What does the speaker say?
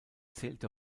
zählte